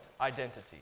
identity